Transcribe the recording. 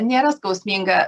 nėra skausminga